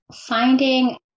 finding